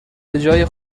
بجای